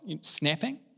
snapping